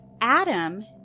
Adam